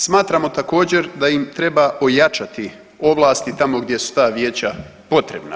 Smatramo također da im treba ojačati ovlasti tamo gdje su ta vijeća potrebna.